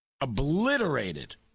obliterated